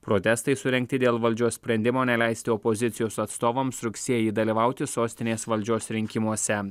protestai surengti dėl valdžios sprendimo neleisti opozicijos atstovams rugsėjį dalyvauti sostinės valdžios rinkimuose